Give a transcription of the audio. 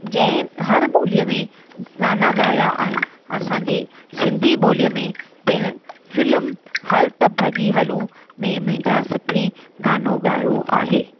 जंहिं हर ॿोलीअ में गाना ॻाया आहिनि असांजी सिंधी ॿोलीअ में पिणु फिल्म हलु त भॼी हलूं में मुंहिंजा सुपिरीं गानो ॻायो आहे